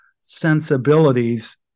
sensibilities